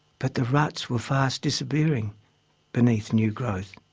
but the ruts were fast disappearing beneath new growth.